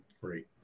Great